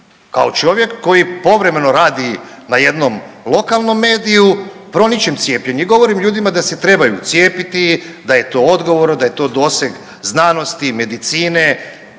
kao čovjek koji povremeno radi na jednom lokalnom mediju proničem cijepljenje i govorim ljudima da se trebaju cijepiti, da je to odgovorno, da je to doseg znanosti, medicine